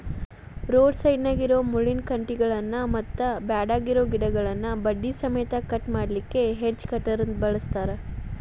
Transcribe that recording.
road ಸೈಡ್ನ್ಯಾಗಿರೋ ಮುಳ್ಳಿನ ಕಂಟಿಗಳನ್ನ ಮತ್ತ್ ಬ್ಯಾಡಗಿರೋ ಗಿಡಗಳನ್ನ ಬಡ್ಡಿ ಸಮೇತ ಕಟ್ ಮಾಡ್ಲಿಕ್ಕೆ ಹೆಡ್ಜ್ ಕಟರ್ ಬಳಸ್ತಾರ